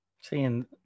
Seeing